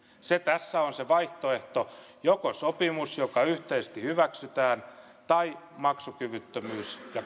se tässä on se vaihtoehto joko sopimus joka yhteisesti hyväksytään tai maksukyvyttömyys ja